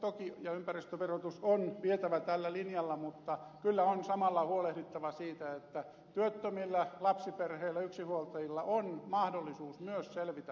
energiaverotus ja ympäristöverotus toki on vietävä tällä linjalla mutta kyllä on samalla huolehdittava siitä että työttömillä lapsiperheillä yksinhuoltajilla on mahdollisuus myös selvitä taloudestaan